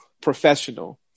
professional